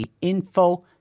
Info